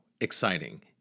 exciting